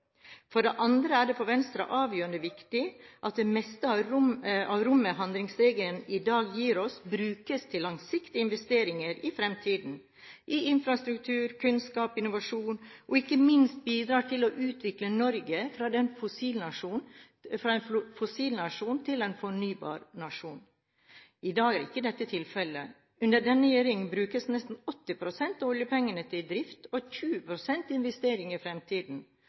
For det andre er det for Venstre avgjørende viktig at det meste av rommet handlingsregelen i dag gir oss, brukes til langsiktige investeringer i fremtiden – i infrastruktur, kunnskap og innovasjon – og ikke minst bidrar til å utvikle Norge fra en fossilnasjon til en fornybarnasjon. I dag er ikke dette tilfellet. Under denne regjeringen brukes nesten 80 pst. av oljepengene til drift og 20 pst. til investering i fremtiden.